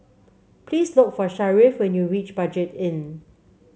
please look for Sharif when you reach Budget Inn